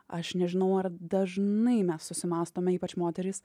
aš nežinau ar dažnai mes susimąstome ypač moterys